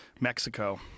Mexico